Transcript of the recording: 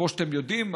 כמו שאתם יודעים,